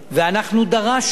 ואנחנו דרשנו